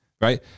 right